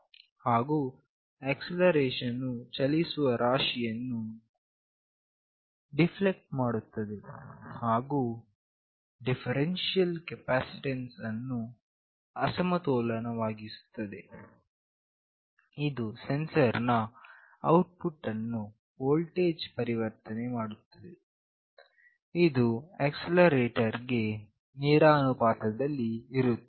ಹಾಗು ಆಕ್ಸೆಲರೇಷನ್ ವು ಚಲಿಸುವ ರಾಶಿಯನ್ನು ಡಿಫ್ಲೆಕ್ಟ್ ಮಾಡುತ್ತದೆ ಹಾಗು ಡಿಫರೆನ್ಷಿಯಲ್ ಕೆಪಾಸಿಟರ್ ಅನ್ನು ಅಸಮತೋಲನ ವಾಗಿಸುತ್ತದೆ ಇದು ಸೆನ್ಸರ್ ನ ಔಟ್ಪುಟ್ ಅನ್ನು ವೋಲ್ಟೇಜ್ ಪರಿವರ್ತನೆ ಮಾಡುತ್ತದೆ ಇದು ಆಕ್ಸೆಲರೇಷನ್ ಗೆ ನೇರಾನುಪಾತದಲ್ಲಿ ಇರುತ್ತದೆ